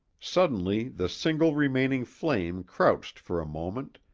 suddenly the single remaining flame crouched for a moment,